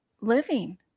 living